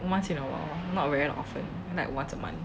once in a while not very that often I think like once a month